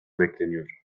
bekleniyor